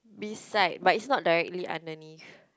beside but it's not directly underneath